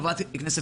זה